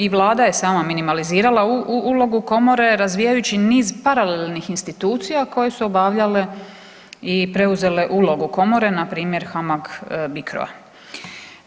I Vlada je sama minimalizirala ulogu komore razvijajući niz paralelnih institucija koje su obavljale i preuzele ulogu komore npr. HAMAG-BRICRO-a.